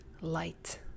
light